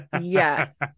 Yes